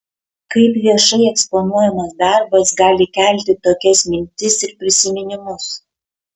kaip viešai eksponuojamas darbas gali kelti tokias mintis ir prisiminimus